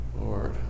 Lord